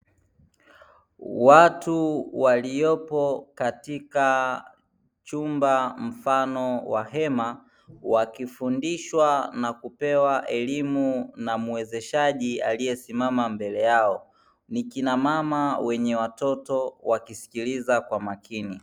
Watu waliopo katika chumba mfano wa hema, wakifundishwa na kupewa elimu na muwezeshaji aliyesimama mbele yao. Ni kinamama wenye watoto wakisikiliza kwa makini.